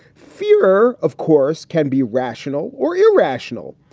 fear, of course, can be rational or irrational.